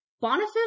Boniface